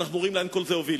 ואנחנו רואים לאן כל זה הוביל.